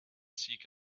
seek